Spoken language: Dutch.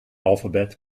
alfabet